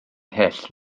hyll